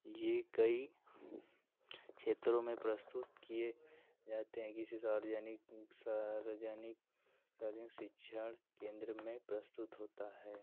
ये कई क्षेत्रों में प्रस्तुत किए जाते हैं किसी सार्वजनिक सार्वजनिक सार्वजनिक शिक्षण केन्द्र में प्रस्तुत होता है